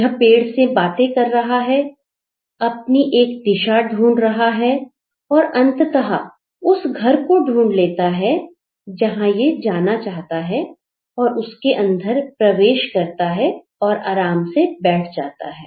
यह पेड़ से बातें कर रहा है अपनी एक दिशा ढूंढ रहा है और अंततः उस घर को ढूंढ लेता है जहां यह जाना चाहता है और उसके अंदर प्रवेश करता है और आराम से बैठ जाता है